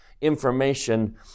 information